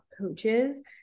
coaches